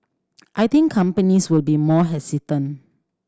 I think companies will be more hesitant